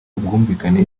ubwumvikane